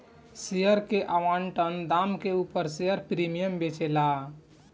share के आवंटन दाम के उपर शेयर प्रीमियम बेचाला